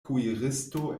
kuiristo